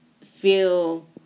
feel